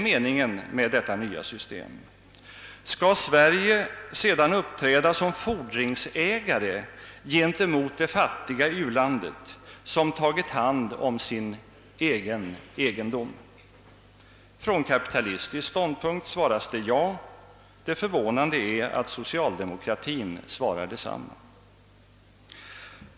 Skall Sverige uppträda som fordringsägare gentemot det fattiga u-landet, som tagit hand om sin egendom? Från kapitalistisk ståndpunkt svaras det ja. Det förvånande är att socialdemokratin svarar detsamma.